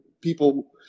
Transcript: people